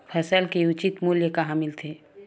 फसल के उचित मूल्य कहां मिलथे?